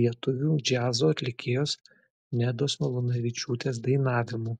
lietuvių džiazo atlikėjos nedos malūnavičiūtės dainavimu